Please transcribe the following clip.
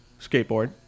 skateboard